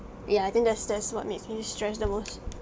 ya I think that's that's what makes me stress the most